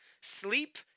Sleep